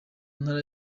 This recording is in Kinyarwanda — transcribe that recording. ntara